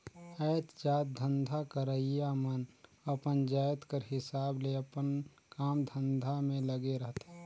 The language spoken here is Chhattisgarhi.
जाएतजात धंधा करइया मन अपन जाएत कर हिसाब ले अपन काम धंधा में लगे रहथें